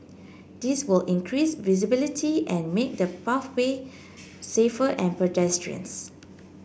this will increase visibility and make the pathway safer and pedestrians